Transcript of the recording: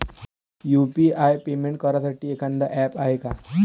UPI payment करासाठी एखांद app हाय का?